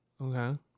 Okay